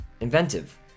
inventive